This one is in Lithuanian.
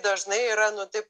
dažnai yra nu taip